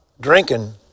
drinking